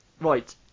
right